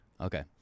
okay